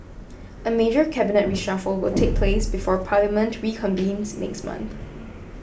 a major cabinet reshuffle will take place before parliament reconvenes next month